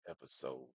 episode